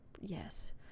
yes